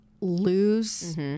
lose